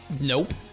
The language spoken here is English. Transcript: Nope